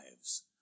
lives